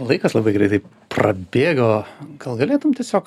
laikas labai greitai prabėgo gal galėtum tiesiog